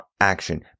action